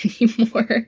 anymore